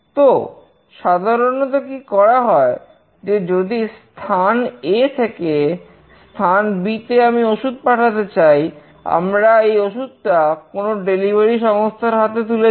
তো সাধারণত কি করা হয় যে যদি স্থান A থেকে স্থান B তে আমি ওষুধ পাঠাতে চাই আমরা এই ওষুধটা কোন ডেলিভারি সংস্থার হাতে তুলে দিই